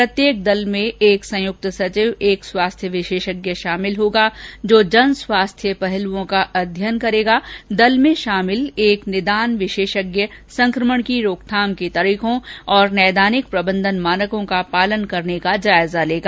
प्रत्येक दल में एक संयुक्त सचिव एक स्वास्थ्य विशेषज्ञ शामिल होगा जो जन स्वास्थ्य पहलुओं का अध्ययन करेगा दल में शामिल एक निदान विशेषज्ञ संक्रमण की रोकथाम के तरीकों और नैदानिक प्रबंधन मानकों का पालन करने का जायजा लेगा